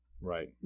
Right